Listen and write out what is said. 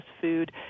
food